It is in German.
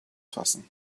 fassen